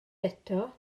eto